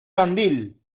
candil